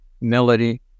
melody